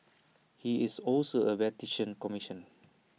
he is also A Vatican commission